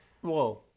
Whoa